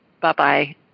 Bye-bye